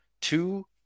two